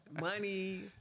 money